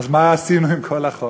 מה עשינו עם כל החוק?